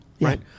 right